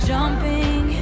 jumping